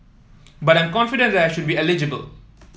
but I'm confident that I should be eligible